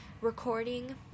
recording